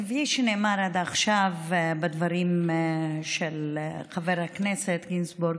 כפי שנאמר עד עכשיו בדברים של חבר הכנסת גינזבורג,